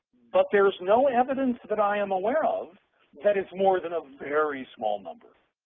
but there's no evidence that i am aware of that it's more than a very small number.